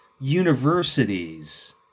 universities